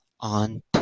on